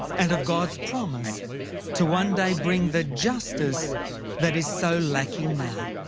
and of god's promise to one day bring the justice that is so lacking now.